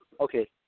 Okay